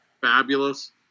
Fabulous